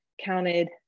counted